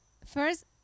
First